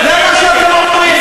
זה מה שאתם אומרים.